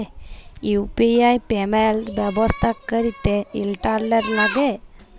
UPI payment ব্যবস্থা ক্যরতে internet ল্যাগে